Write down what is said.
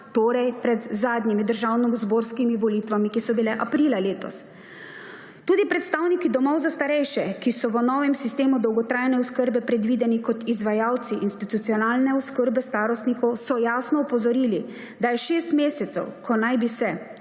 torej pred zadnjimi državnozborskimi volitvami, ki so bile aprila letos. Tudi predstavniki domov za starejše, ki so v novem sistemu dolgotrajne oskrbe predvideni kot izvajalci institucionalne oskrbe starostnikov, so jasno opozorili, da je šest mesecev, ko naj bi se